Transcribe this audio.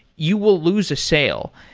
you will lose a sale.